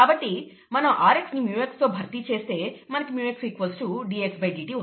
కాబట్టి మనం rx ని µx తో భర్తీ చేస్తే మనకు µx dxdt వస్తుంది